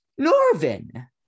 Norvin